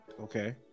Okay